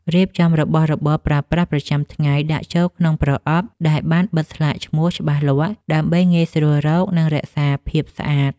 រៀបចំរបស់របរប្រើប្រាស់ប្រចាំថ្ងៃដាក់ចូលក្នុងប្រអប់ដែលបានបិទស្លាកឈ្មោះច្បាស់លាស់ ដើម្បីងាយស្រួលរក និងរក្សាភាពស្អាត។